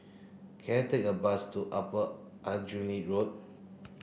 can I take a bus to Upper Aljunied Road